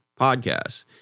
podcasts